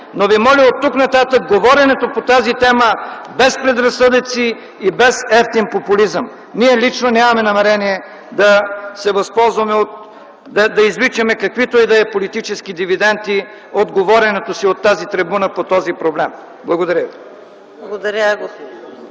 Но ви моля оттук нататък говоренето по тази тема да е без предразсъдъци и без евтин популизъм. Ние лично нямаме намерение да извличаме каквито и да е политически дивиденти от говоренето си от тази трибуна по този проблем. Благодаря ви. ПРЕДСЕДАТЕЛ